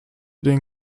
den